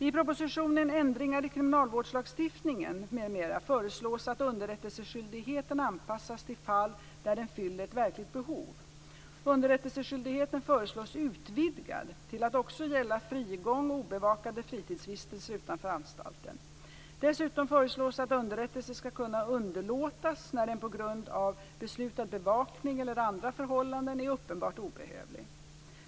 I propositionen Ändringar i kriminalvårdslagstiftningen, m.m. föreslås att underrättelseskyldigheten enligt 35 § anpassas till fall där den fyller ett verkligt behov. Underrättelseskyldigheten föreslås utvidgad till att också gälla frigång och obevakade fritidsvistelser utanför anstalten. Dessutom föreslås att underrättelse skall kunna underlåtas när den på grund av beslutad bevakning eller andra förhållanden är uppenbart obehövlig.